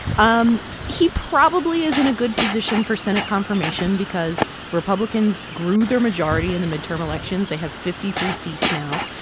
um he probably is in a good position for senate confirmation because republicans grew their majority in the midterm elections. they have fifty three seats now.